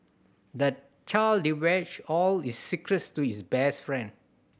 the child divulged all his secrets to his best friend